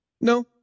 No